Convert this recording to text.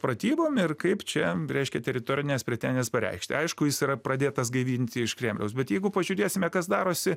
pratybom ir kaip čia reiškia teritorines pretenzijas pareikšti aišku jis yra pradėtas gaivinti iš kremliaus bet jeigu pažiūrėsime kas darosi